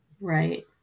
Right